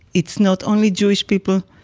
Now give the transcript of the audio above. it's not only jewish people.